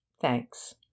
thanks